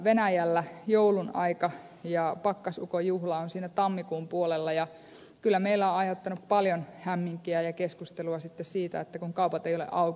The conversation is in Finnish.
venäjällä joulun aika ja pakkasukon juhla on siinä tammikuun puolella ja kyllä meillä on aiheuttanut paljon hämminkiä ja keskustelua se kun kaupat eivät ole auki